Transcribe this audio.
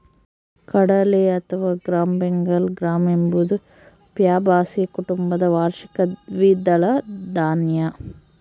ಕಡಲೆ ಅಥವಾ gram Bengal gram ಎಂಬುದು ಫ್ಯಾಬಾಸಿಯ ಕುಟುಂಬದ ವಾರ್ಷಿಕ ದ್ವಿದಳ ಧಾನ್ಯ